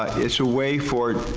it's a way for,